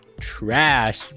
trash